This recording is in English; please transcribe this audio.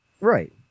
right